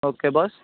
okay boss